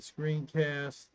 screencast